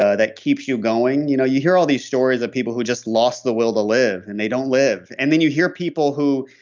ah that keeps you going, you know you hear all these stories of people who just lost the will to live. and they don't live. and then you hear people who,